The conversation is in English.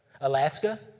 Alaska